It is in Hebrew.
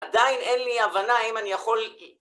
עדיין אין לי הבנה אם אני יכול...